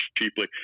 cheaply